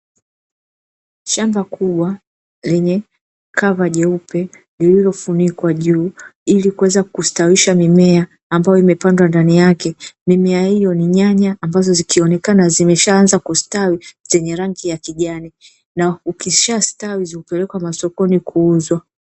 Shamba kubwa lenye kava jeupe lililofunikwa juu ilikuweza kustawisha mimea ambayo imepandwa ndani yake, mimea hiyo ni nyanya ambazo zikionekana zimeshaanza kustawi zenye rangi ya kijani na zikishastawi hupelekwa masokoni kuuzwa.